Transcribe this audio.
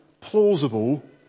plausible